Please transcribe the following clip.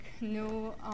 no